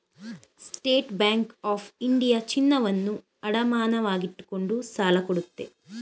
state Bank of India ಚಿನ್ನವನ್ನು ಅಡಮಾನವಾಗಿಟ್ಟುಕೊಂಡು ಸಾಲ ಕೊಡುತ್ತೆ